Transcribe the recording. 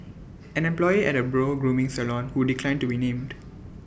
an employee at A brow grooming salon who declined to be named